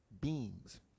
beings